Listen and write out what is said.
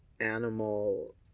animal